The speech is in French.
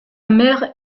mère